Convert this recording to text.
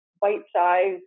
bite-sized